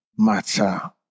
Matter